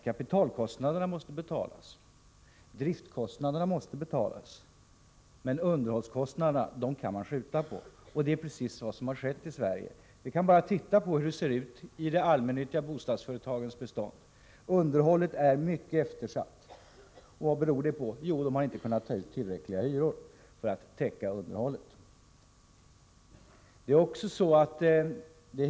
Kapitalkostnaderna måste betalas, driftkostnaderna måste betalas, men underhållskostnaderna kan man skjuta på. Det är precis vad som har skett i Sverige. Vi kan bara titta på hur det ser ut i de allmännyttiga bostadsföretagens bestånd. Underhållet är mycket eftersatt. Vad beror det på? Jo, det beror på att man inte har kunnat ta ut tillräckliga hyror för att täcka underhållskostnaderna.